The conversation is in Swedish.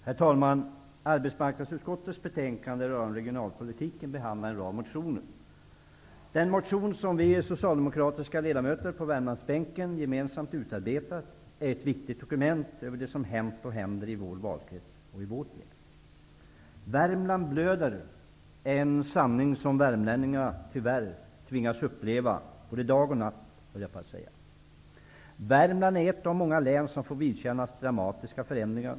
Herr talman! Arbetsmarknadsutskottets betänkande rörande regionalpolitiken behandlar en rad motioner. Den motion som vi socialdemokratiska ledamöter på Värmlandsbänken gemensamt utarbetat är ett viktigt dokument över det som hänt och händer i vår valkrets och i vårt län. Värmland blöder. Det är en sanning som värmlänningarna tyvärr tvingas uppleva både dag och natt, höll jag på att säga. Värmland är ett av många län som får vidkännas dramatiska förändringar.